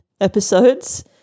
episodes